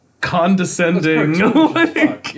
condescending